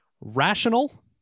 rational